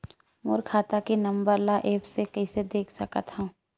मोर खाता के नंबर ल एप्प से कइसे देख सकत हव?